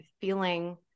feeling